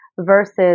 versus